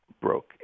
broke